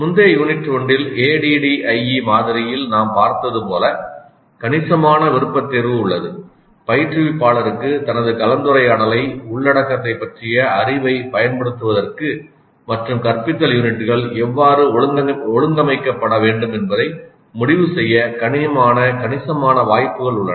முந்தைய யூனிட் ஒன்றில் ADDIE மாதிரியில் நாம் பார்த்தது போல கணிசமான விருப்ப தேர்வு உள்ளது பயிற்றுவிப்பாளருக்கு தனது கலந்துரையாடலை உள்ளடக்கத்தைப் பற்றிய அறிவைப் பயன்படுத்துவதற்கு மற்றும் கற்பித்தல் யூனிட்டுகள் எவ்வாறு ஒழுங்கமைக்கப்பட வேண்டும் என்பதை முடிவு செய்ய கணிசமான வாய்ப்புகள் உள்ளன